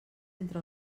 entre